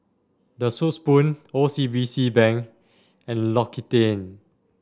The Soup Spoon O C B C Bank and L'Occitane